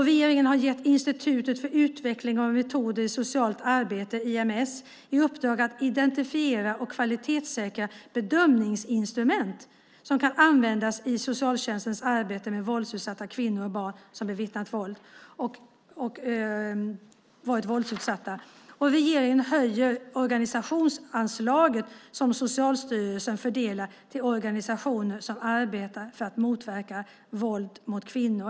Regeringen har gett Institutet för utveckling av metoder i socialt arbete, IMS, i uppdrag att identifiera och kvalitetssäkra bedömningsinstrument som kan användas i socialtjänstens arbete med våldsutsatta kvinnor och barn som bevittnat våld och varit våldsutsatta. Regeringen höjer organisationsanslaget som Socialstyrelsen fördelar till organisationer som arbetar för att motverka våld mot kvinnor.